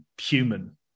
human